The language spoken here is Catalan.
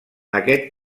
aquest